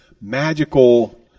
magical